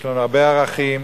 יש לנו הרבה ערכים,